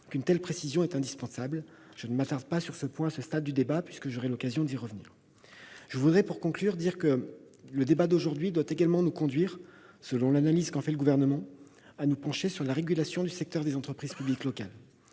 qu'une telle précision est indispensable. Je ne m'attarderai pas sur ce point à ce stade du débat, puisque nous aurons l'occasion d'y revenir à l'occasion de l'examen des amendements. Je voudrais, pour conclure, dire que le débat d'aujourd'hui doit également nous conduire, selon l'analyse qu'en fait le Gouvernement, à nous pencher sur la régulation du secteur des entreprises publiques locales.